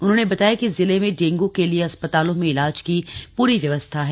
उन्होंने बताया कि जिले में डेंग् के लिए अस्पतालों में इलाज की पूरी व्यवस्था है